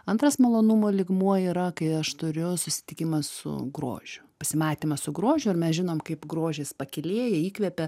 antras malonumo lygmuo yra kai aš turiu susitikimą su grožiu pasimatymą su grožiu mes žinom kaip grožis pakylėja įkvepia